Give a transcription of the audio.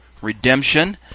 redemption